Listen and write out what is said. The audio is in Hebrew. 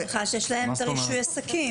אני מניחה שיש להם רישוי עסקים ורישיון אירוע.